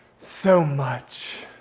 so much.